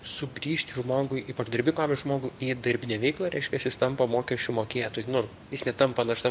sugrįžti žmogui ypač darbingo amžiaus žmogui į darbinę veiklą reiškias jis tampa mokesčių mokėtoju nu jis netampa našta